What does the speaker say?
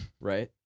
right